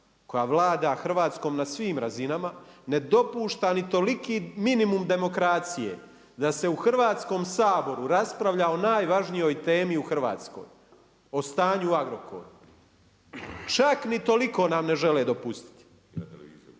koja vlada Hrvatskom na svim razinama ne dopuštaš ni toliki minimum demokracije da se u Hrvatskom saboru raspravlja o najvažnijoj temi u Hrvatskoj o stanju u Agrokoru, čak ni toliko nam ne žele dopustiti.